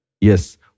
Yes